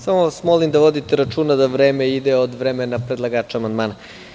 Samo vas molim da vodite računa da vreme ide od vremena predlagača amandmana.